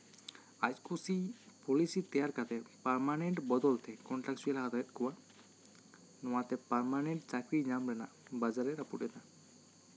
ᱟᱡ ᱠᱩᱥᱤ ᱯᱚᱞᱤᱥᱤ ᱛᱮᱭᱟᱨ ᱠᱟᱛᱮᱫ ᱯᱟᱨᱢᱟᱱᱮᱱᱴ ᱵᱚᱫᱚᱞ ᱛᱮ ᱠᱚᱱᱴᱟᱠᱴᱪᱩᱣᱮᱞᱮ ᱦᱟᱛᱟᱣᱮᱫ ᱠᱚᱣᱟ ᱱᱚᱣᱟᱛᱮ ᱯᱟᱨᱢᱟᱱᱮᱱᱴ ᱪᱟᱠᱨᱤ ᱧᱟᱢ ᱨᱮᱱᱟᱜ ᱵᱟᱡᱟᱨᱮ ᱨᱟᱹᱯᱩᱫ ᱮᱫᱟ